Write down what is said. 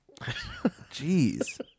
Jeez